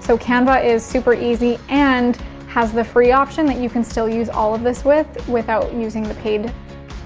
so canva is super easy and has the free option that you can still use all of this with, without using the paid